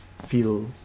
feel